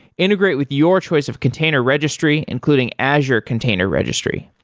integrate with your choice of container registry, including azure container registry.